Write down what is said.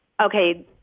Okay